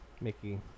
Mickey